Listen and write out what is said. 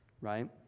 right